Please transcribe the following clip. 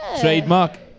Trademark